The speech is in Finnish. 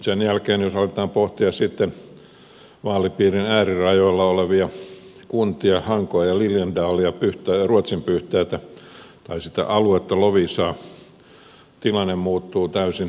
sen jälkeen jos aletaan pohtia sitten vaalipiirien äärirajoilla olevia kuntia hankoa ja liljendalia pyhtäätä ja ruotsinpyhtäätä tai sitä aluetta loviisaa tilanne muuttuu täysin erilaiseksi